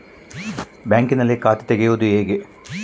ಬ್ಯಾಂಕಿನಲ್ಲಿ ಖಾತೆ ತೆರೆಯುವುದು ಹೇಗೆ?